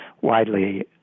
widely